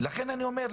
לכן אני אומר,